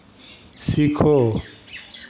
सीखो